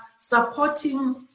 supporting